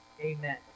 Amen